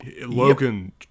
Logan